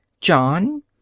John